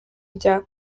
rya